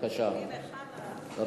אני מבקש להזמין את חבר